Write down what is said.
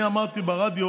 אני אמרתי ברדיו